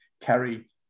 carry